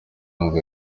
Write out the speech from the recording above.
ngo